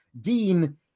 Dean